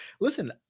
Listen